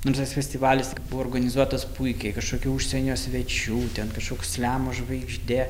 nors tas festivalis organizuotas puikiai kažkokių užsienio svečių ten kažkoks slemo žvaigždė